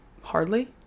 Hardly